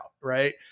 Right